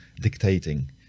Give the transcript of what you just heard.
dictating